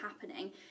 happening